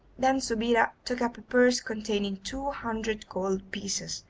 then subida took up a purse containing two hundred gold pieces,